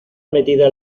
metida